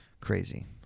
crazy